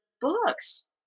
books